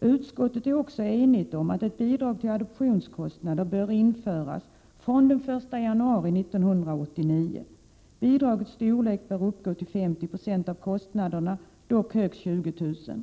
Utskottet är också enigt om att ett bidrag till adoptionskostnader bör införas från den 1 januari 1989. Bidragets storlek bör uppgå till 50 96 av kostnaderna, dock högst 20 000 kr.